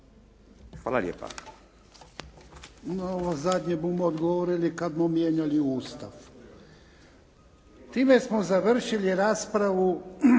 Hvala lijepa.